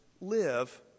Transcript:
live